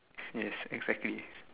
yes exactly